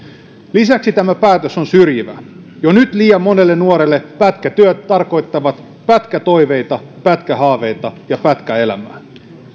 lisäksi tämä päätös on syrjivä jo nyt liian monelle nuorelle pätkätyöt tarkoittavat pätkätoiveita pätkähaaveita ja pätkäelämää